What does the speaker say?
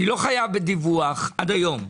אני לא חייב בדיווח עד היום.